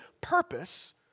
purpose